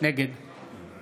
נגד